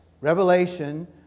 Revelation